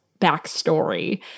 backstory